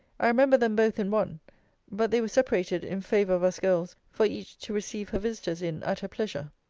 i remember them both in one but they were separated in favour of us girls, for each to receive her visitors in at her pleasure.